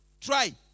Try